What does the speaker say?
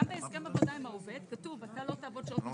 גם בהסכם עבודה עם העובד כתוב אתה לא תעבוד שעות נוספות.